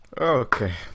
Okay